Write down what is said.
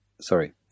sorry